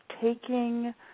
taking